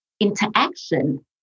interaction